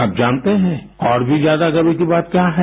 आप जानते हैं और भी ज्यादा गर्व की बात क्या है